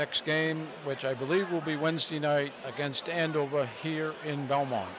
next game which i believe will be wednesday night against and over here in belmo